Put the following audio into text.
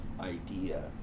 idea